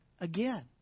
again